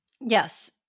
Yes